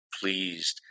pleased